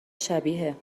شبیه